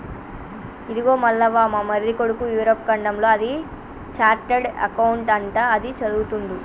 ఇదిగో మల్లవ్వ మా మరిది కొడుకు యూరప్ ఖండంలో అది చార్టెడ్ అకౌంట్ అంట అది చదువుతుండు